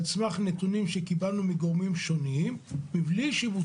מי שאני רוצה